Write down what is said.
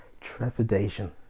Trepidation